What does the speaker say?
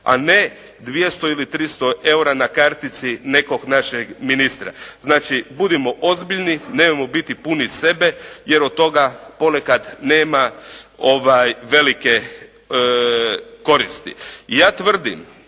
a ne 200 ili 300 eura na kartici nekog našeg ministra. Znači, budimo ozbiljni, nemojmo biti puni sebe, jer od toga ponekad nema velike koristi. Ja tvrdim,